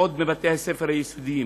עוד בבתי-הספר היסודיים.